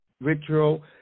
ritual